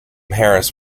harris